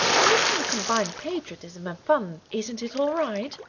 when you can combine patriotism and fun, isn't it all right?